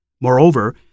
Moreover